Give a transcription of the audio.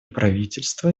правительство